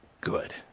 good